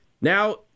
Now